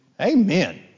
Amen